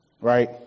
right